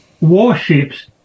warships